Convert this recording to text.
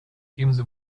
ebenso